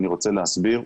אני רוצה להסביר,